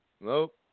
Nope